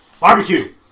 Barbecue